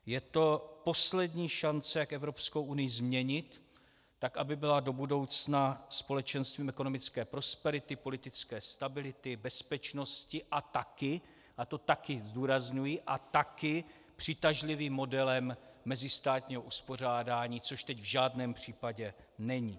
Je to poslední šance, jak EU změnit tak, aby byla do budoucna společenstvím ekonomické prosperity, politické stability, bezpečnosti a také, a to také zdůrazňuji, a také přitažlivým modelem mezistátního uspořádání, což teď v žádném případě není.